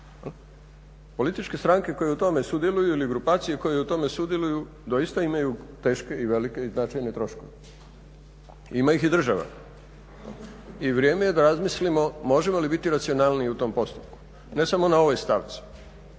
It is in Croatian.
Političke stranke koje u tome sudjeluju ili grupacije koje u tome sudjeluju doista imaju teške i velike i značajne troškove. Ima ih i država. I vrijeme je da razmislimo možemo li biti racionalniji u tom postupku. Ne samo na ovoj stavci